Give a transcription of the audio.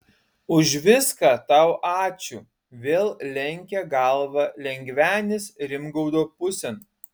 už viską tau ačiū vėl lenkė galvą lengvenis rimgaudo pusėn